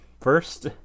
first